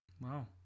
wow